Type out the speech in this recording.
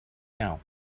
now